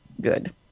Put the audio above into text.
good